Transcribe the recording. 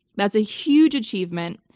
that's a huge achievement.